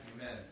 Amen